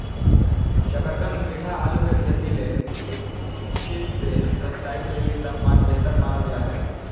शकरकंद मीठा आलू के खेती ले इक्कीस से सत्ताईस डिग्री तापमान बेहतर मानल जा हय